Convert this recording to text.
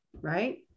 Right